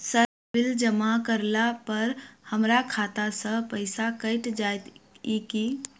Sir bill जमा करला पर हमरा खाता सऽ पैसा कैट जाइत ई की?